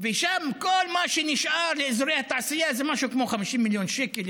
ושם כל מה שנשאר לאזורי התעשייה זה משהו כמו 50 מיליון שקל,